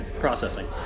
processing